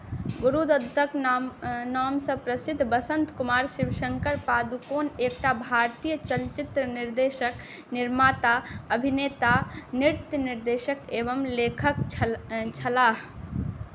गुरु दत्तक नामसँ प्रसिद्ध वसन्त कुमार शिवशंकर पादुकोण एकटा भारतीय चलचित्र निर्देशक निर्माता अभिनेता नृत्य निर्देशक एवं लेखक छलाह